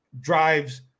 drives